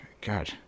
God